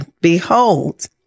Behold